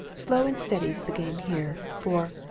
slow and steady's the game here. for,